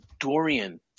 Dorian